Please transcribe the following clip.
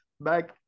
Back